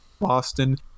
Boston